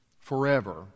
forever